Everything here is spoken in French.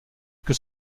que